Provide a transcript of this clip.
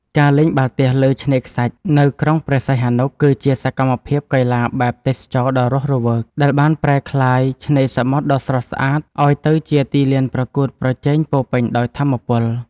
ការលេងបាល់ទះលើឆ្នេរខ្សាច់នៅក្រុងព្រះសីហនុ គឺជាសកម្មភាពកីឡាបែបទេសចរណ៍ដ៏រស់រវើក ដែលបានប្រែក្លាយឆ្នេរសមុទ្រដ៏ស្រស់ស្អាតឱ្យទៅជាទីលានប្រកួតប្រជែងពោរពេញដោយថាមពល។